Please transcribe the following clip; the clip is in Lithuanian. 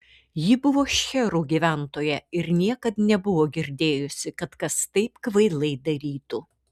ji buvo šcherų gyventoja ir niekad nebuvo girdėjusi kad kas taip kvailai darytų